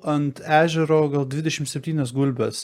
ant ežero gal dvidešim septynias gulbes